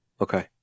Okay